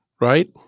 right